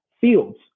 fields